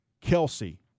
Kelsey